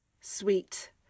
sweet